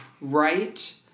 right